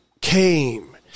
came